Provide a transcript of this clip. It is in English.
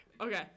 Okay